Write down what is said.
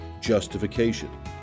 justification